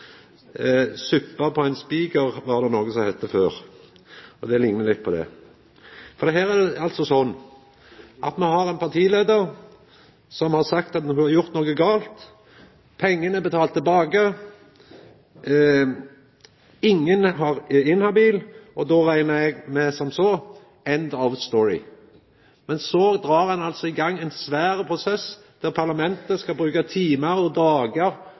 suppe på ein spikar var det noko som heitte før, og dette liknar litt på det. Her har me altså ein partileiar som har sagt at ho har gjort noko gale, pengane er betalte tilbake, ingen er inhabile, og då reknar eg som så: «end of story». Men så dreg ein i gang ein svær prosess der parlamentet skal bruka timar og dagar